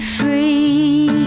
free